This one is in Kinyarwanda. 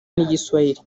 n’igiswahili